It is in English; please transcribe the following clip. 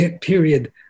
period